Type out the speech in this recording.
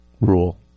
rule